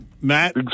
Matt